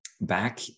Back